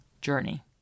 journey